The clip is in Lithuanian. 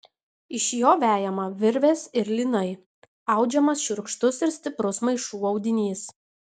iš jo vejama virvės ir lynai audžiamas šiurkštus ir stiprus maišų audinys